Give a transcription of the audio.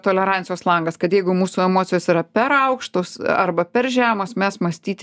tolerancijos langas kad jeigu mūsų emocijos yra per aukštos arba per žemos mes mąstyti